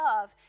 love